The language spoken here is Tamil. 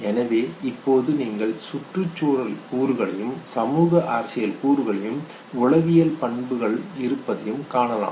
எனவே இப்போது நீங்கள் சுற்றுச்சூழல் கூறுகளையும் சமூக அரசியல் கூறுகளும் உளவியல் பண்புகளும் இருப்பதைக் காணலாம்